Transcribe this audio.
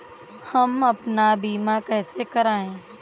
हम अपना बीमा कैसे कराए?